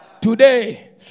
today